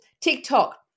TikTok